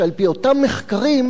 שעל-פי אותם מחקרים,